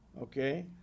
okay